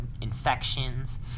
infections